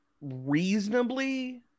reasonably